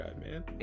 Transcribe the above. man